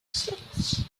six